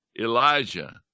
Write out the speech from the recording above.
Elijah